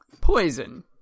poison